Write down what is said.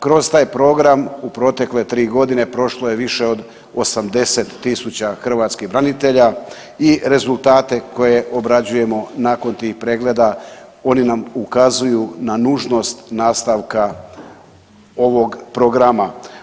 Kroz taj program u protekle tri godine prošlo je više od 80 000 hrvatskih branitelja i rezultate koje obrađujemo nakon tih pregleda, oni nam ukazuju na nužnost nastavka ovog programa.